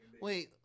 Wait